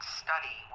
study